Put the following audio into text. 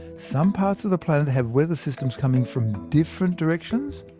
some parts of the planet have weather systems coming from different directions,